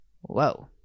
whoa